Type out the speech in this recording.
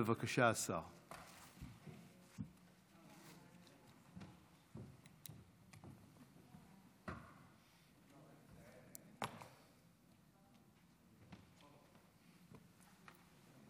בבקשה, השר.